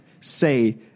say